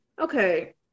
okay